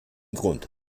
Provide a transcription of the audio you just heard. grund